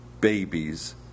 babies